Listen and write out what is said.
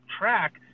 track